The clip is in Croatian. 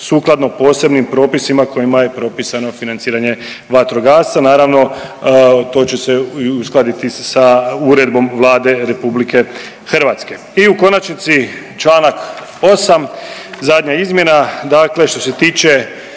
sukladno posebnim propisima kojima je propisano financiranje vatrogasca, naravno to će se i uskladiti sa Uredbom Vlade RH. I u konačnici čl. 8. zadnja izmjena dakle što se tiče